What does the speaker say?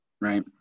right